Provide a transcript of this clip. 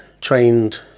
trained